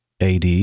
AD